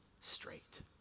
straight